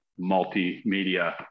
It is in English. multimedia